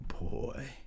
Boy